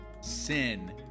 Sin